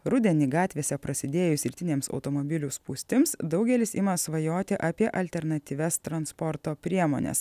rudenį gatvėse prasidėjus rytinėms automobilių spūstims daugelis ima svajoti apie alternatyvias transporto priemones